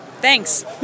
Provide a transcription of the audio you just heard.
Thanks